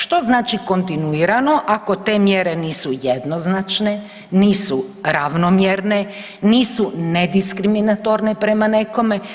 Što znači kontinuirano, ako te mjere nisu jednoznačne, nisu ravnomjerne, nisu nediskriminatorne prema nekome.